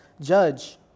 judge